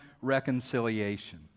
reconciliation